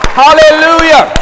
hallelujah